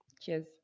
Cheers